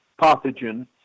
pathogen